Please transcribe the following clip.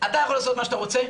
אתה יכול לעשות מה שאתה רוצה?